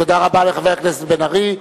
תודה רבה לחבר הכנסת בן-ארי.